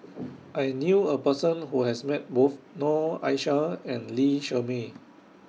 I knew A Person Who has Met Both Noor Aishah and Lee Shermay